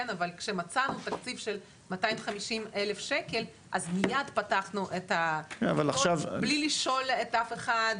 אבל כשמצאנו תקציב של כ-250 אלף שקל אז מיד פתחנו בלי לשאול אף אחד,